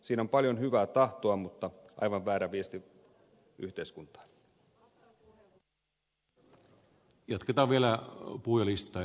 siinä on paljon hyvää tahtoa mutta aivan väärä viesti yhteiskunnalle